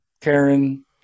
Karen